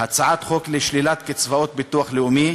הצעת חוק לשלילת קצבאות ביטוח לאומי,